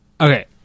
Okay